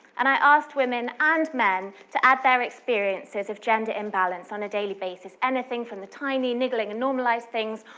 and i asked women and men to add their experiences of gender imbalance on a daily basis anything from the tiny niggling normalized things,